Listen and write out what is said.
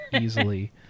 Easily